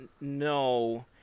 No